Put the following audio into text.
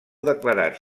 declarat